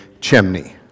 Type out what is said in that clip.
chimney